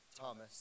Thomas